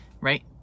right